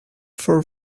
for